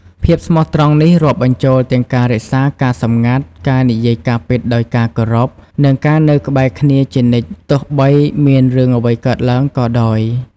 ភាពស្មោះត្រង់នេះរាប់បញ្ចូលទាំងការរក្សាការសម្ងាត់ ការនិយាយការពិតដោយការគោរព និងការនៅក្បែរគ្នាជានិច្ច ទោះបីមានរឿងអ្វីកើតឡើងក៏ដោយ។